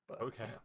Okay